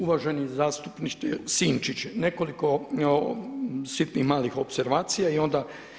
Uvaženi zastupniče Sinčić, nekoliko sitnih malih opservacija i onda.